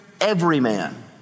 everyman